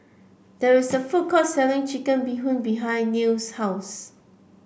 there is a food court selling Chicken Bee Hoon behind Nils' house